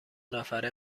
نفره